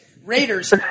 Raiders